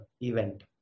event